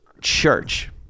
church